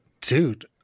dude